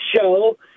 show